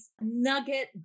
nugget